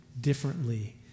differently